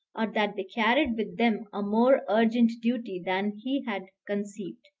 or that they carried with them a more urgent duty than he had conceived.